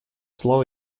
слово